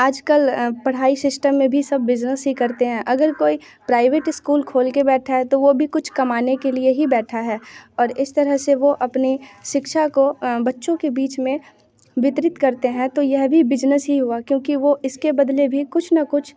आज कल पढ़ाई सिस्टम में भी सब बिजनेस ही करते हैं अगर कोई प्राइवेट ईस्कूल खोल के बैठा है तो वो भी कुछ कमाने के लिए ही बैठा है और इस तरह से वो अपने शिक्षा को बच्चों के बीच में वितरित करते हैं तो यह भी बिजनेस ही हुआ क्योंकि वो इसके बदले भी कुछ न कुछ